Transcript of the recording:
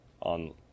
on